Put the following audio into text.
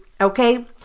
okay